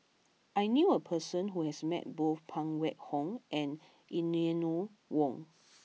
I knew a person who has met both Phan Wait Hong and Eleanor Wong